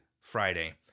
Friday